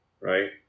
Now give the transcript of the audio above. right